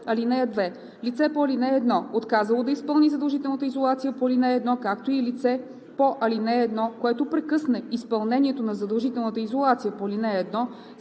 Лице по ал. 1, отказало да изпълни задължителна изолация по ал. 1, както и лице по ал. 1, което прекъсне изпълнението на задължителна изолация по ал. 1,